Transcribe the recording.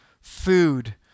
food